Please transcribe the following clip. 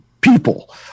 people